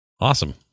Awesome